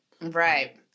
Right